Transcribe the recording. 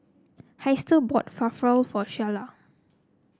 Hester bought Falafel for Shiela